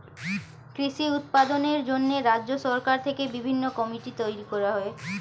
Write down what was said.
কৃষি উৎপাদনের জন্য রাজ্য সরকার থেকে বিভিন্ন কমিটি তৈরি করা হয়